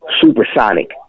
Supersonic